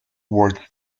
word